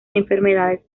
enfermedades